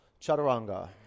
Chaturanga